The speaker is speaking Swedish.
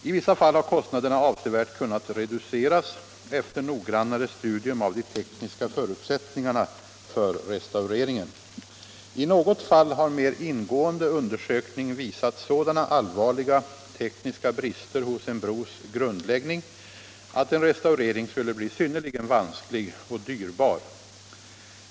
I vissa fall har kostnaderna avsevärt kunnat reduceras efter noggrannare studium av de tekniska förutsättningarna för restaureringen. I något fall har mer ingående undersökning visat sådana allvarliga tekniska brister hos en bros grundläggning att en restaurering skulle bli synnerligen vansklig och dyrbar.